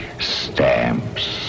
Stamps